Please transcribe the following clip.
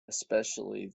especially